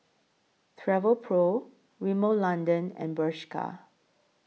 Travelpro Rimmel London and Bershka